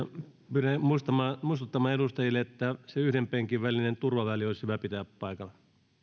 pyrin muistuttamaan edustajia että se yhden penkin turvaväli olisi hyvä pitää paikalla